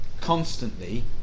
constantly